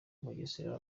mugesera